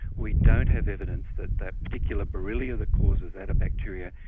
we don't have evidence that the particular borrelia that causes that, a bacteria,